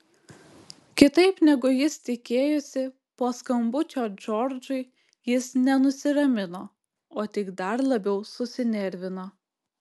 kitaip negu jis tikėjosi po skambučio džordžui jis ne nusiramino o tik dar labiau susinervino